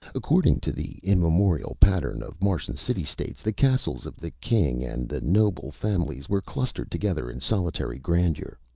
according to the immemorial pattern of martian city-states, the castles of the king and the noble families were clustered together in solitary grandeur.